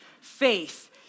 faith